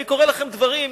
אני קורא לכם דברים,